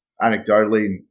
anecdotally